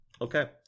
Okay